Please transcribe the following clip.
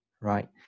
right